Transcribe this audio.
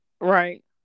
right